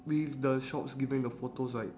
with the shops given in the photos right